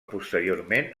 posteriorment